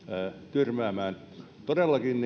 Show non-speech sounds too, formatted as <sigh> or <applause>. tyrmäämään todellakin <unintelligible>